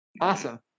Awesome